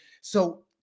so-